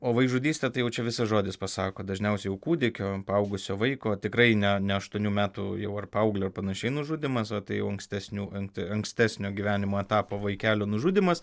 o vaikžudystė tai jau čia visas žodis pasako dažniausiai kūdikio paaugusio vaiko tikrai ne ne aštuonių metų jau ar paauglio ar panašiai nužudymas o tai jau ankstesnių ankstesnio gyvenimo etapo vaikelio nužudymas